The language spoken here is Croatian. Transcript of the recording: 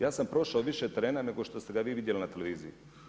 Ja sam prošao više terena nego što ste ga vi vidjeli na televiziji.